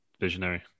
Visionary